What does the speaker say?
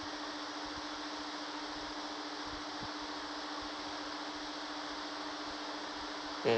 mm